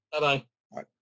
Bye-bye